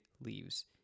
leaves